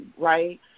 right